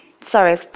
sorry